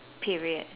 period